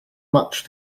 much